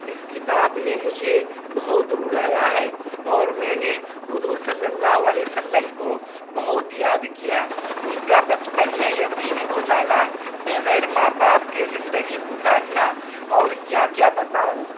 اس کتاب نے مجھے بہت رلایا ہے اور میں نے حضور صلی اللہ علیہ وسلم کو بہت یاد کیا ان کا بچپن میں یتیم ہو جانا بغیر ماں باپ کے زندگی گزارنا اور کیا کیا بتاؤں